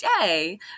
Today